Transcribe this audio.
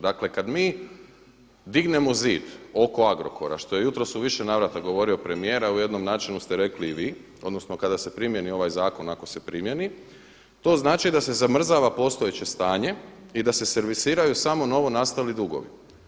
Dakle, kada mi dignemo zid oko Agrokora što je u više navrata jutros govorio premijer, a u jednom načinu ste rekli i vi odnosno kada se primjeni ovaj zakon ako se primjeni, to znači da se zamrzava postojeće stanje i da se servisiraju samo novonastali dugovi.